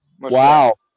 Wow